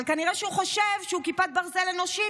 אבל כנראה שהוא חושב שהוא כיפת ברזל אנושית,